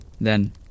Then